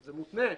זה מותנה.